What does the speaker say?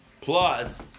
plus